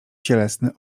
cielesny